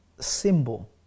symbol